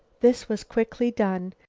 this was quickly done.